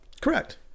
Correct